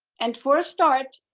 and for start,